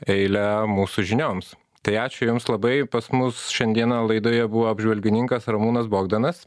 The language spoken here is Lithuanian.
eilę mūsų žinioms tai ačiū jums labai pas mus šiandieną laidoje buvo apžvalgininkas ramūnas bogdanas